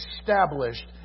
established